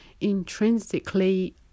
intrinsically